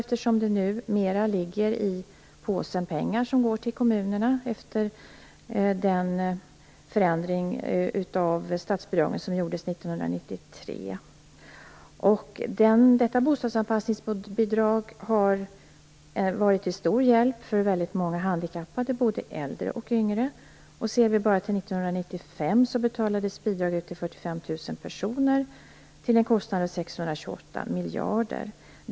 Numera ligger det ju i den påse pengar som går till kommunerna; detta efter den förändring av statsbidragen som gjordes 1993. Detta bostadsanpassningsbidrag har varit till stor hjälp för väldigt många handikappade, både äldre och yngre. Bara 1995 betalades bidrag ut till 45 000 personer till en kostnad av 628 miljarder.